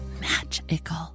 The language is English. magical